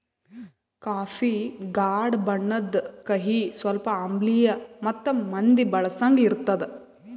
coffee ಗಾಢ ಬಣ್ಣುದ್, ಕಹಿ, ಸ್ವಲ್ಪ ಆಮ್ಲಿಯ ಮತ್ತ ಮಂದಿ ಬಳಸಂಗ್ ಇರ್ತದ